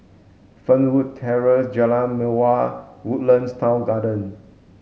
Fernwood Terrace Jalan Mawar Woodlands Town Garden